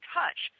touch